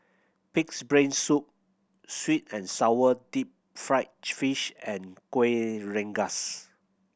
Pig's Brain Soup sweet and sour deep fried fish and Kueh Rengas